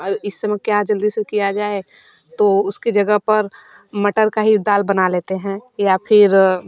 इस समय क्या जल्दी से किया जाए तो उसके जगह पर मटर का ही दाल बना लेते हैं या फिर